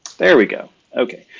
there we go. okay,